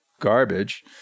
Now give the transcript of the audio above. garbage